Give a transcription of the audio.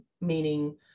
meaning